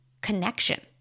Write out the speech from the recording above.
connection